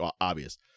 obvious